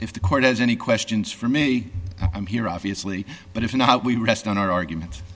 if the court has any questions for me i'm here obviously but if not we rest on our argument